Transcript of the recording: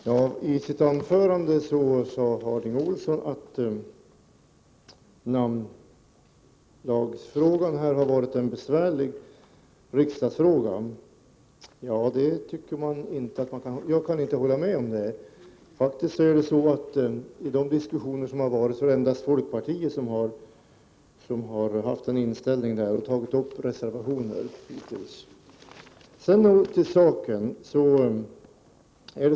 Herr talman! I sitt anförande sade Bengt Harding Olson att namnlagsfrågan har varit en besvärlig riksdagsfråga. Jag kan inte hålla med om det. I de diskussioner som har förts är det hittills endast folkpartiet som har haft den inställningen och som avgivit reservationer. Så till saken.